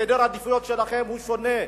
סדר העדיפויות שלכם הוא שונה.